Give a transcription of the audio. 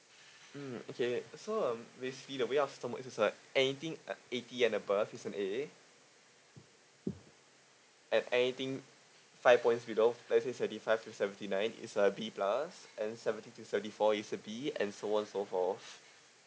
mm okay so um basically the way of system it is like anything ei~ eighty and above is an A at anything five points below let's say seventy five to seventy nine it's a B plus then seventy two to seventy four it's a B and so on so forth